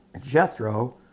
Jethro